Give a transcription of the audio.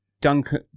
Duncan